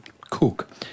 Cook